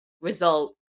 result